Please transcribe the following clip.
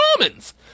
almonds